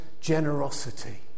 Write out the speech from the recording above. generosity